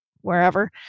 wherever